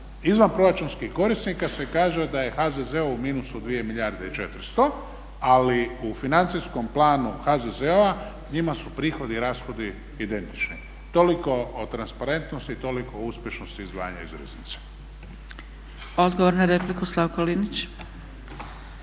izvanproračunskih korisnika se kaže da je HZZO u minusu 2 milijarde i 400 ali u financijskom planu HZZO-a njima su prihodi i rashodi identični. Toliko o transparentnosti i toliko o uspješnosti izdvajanja iz riznice. **Zgrebec, Dragica